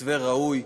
מתווה ראוי,